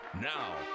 Now